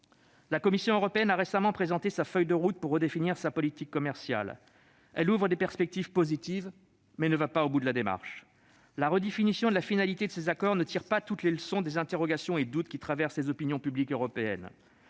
La Commission européenne a récemment présenté sa feuille de route pour redéfinir sa politique commerciale. Si celle-ci ouvre des perspectives positives, elle ne va pas au bout de la démarche. La redéfinition de la finalité de ces accords ne tire pas toutes les leçons des interrogations et des doutes qui traversent les opinions publiques européennes.